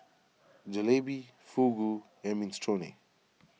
Jalebi Fugu and Minestrone